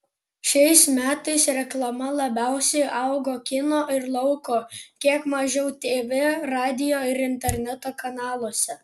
šiais metais reklama labiausiai augo kino ir lauko kiek mažiau tv radijo ir interneto kanaluose